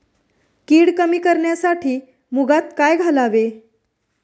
कीड कमी करण्यासाठी मुगात काय घालावे?